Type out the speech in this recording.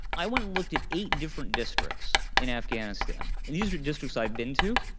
i went and looked at eight different districts in afghanistan, and these are districts i've been to,